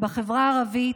בחברה הערבית,